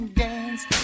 dance